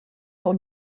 pour